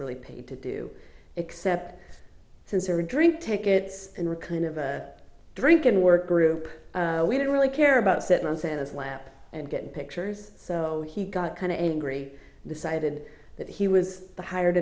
really paid to do except since her drink take it and were kind of a drink and work group we didn't really care about settlers and his lab and getting pictures so he got kind of angry decided that he was the hired